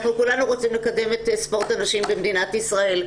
אנחנו כולנו רוצים לקדם את ספורט הנשים במדינת ישראל,